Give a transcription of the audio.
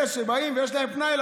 אלה שיש להם פנאי,